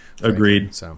Agreed